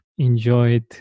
enjoyed